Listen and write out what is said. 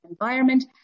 environment